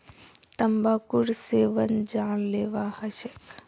तंबाकूर सेवन जानलेवा ह छेक